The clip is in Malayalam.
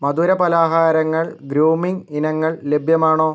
മധുര പലഹാരങ്ങൾ ഗ്രൂമിംഗ് ഇനങ്ങൾ ലഭ്യമാണോ